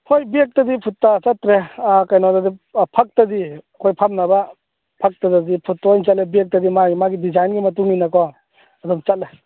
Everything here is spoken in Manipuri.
ꯍꯣꯏ ꯕꯦꯒꯇꯗꯤ ꯐꯨꯠꯇꯥ ꯆꯠꯇ꯭ꯔꯦ ꯀꯩꯅꯣꯗꯗꯤ ꯐꯛꯇꯗꯤ ꯑꯩꯈꯣꯏ ꯐꯝꯅꯕ ꯐꯛꯇꯨꯗꯗꯤ ꯐꯨꯠꯇ ꯑꯣꯏꯅ ꯆꯠꯂꯦ ꯕꯦꯒꯇꯗꯤ ꯃꯥꯒꯤ ꯃꯥꯒꯤ ꯗꯤꯖꯥꯏꯟꯒꯤ ꯃꯇꯨꯡ ꯏꯟꯅꯀꯣ ꯑꯗꯨꯝ ꯆꯠꯂꯦ